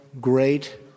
great